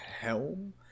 helm